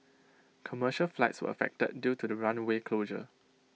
commercial flights were affected due to the runway closure